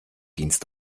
dienst